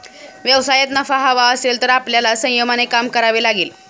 व्यवसायात नफा हवा असेल तर आपल्याला संयमाने काम करावे लागेल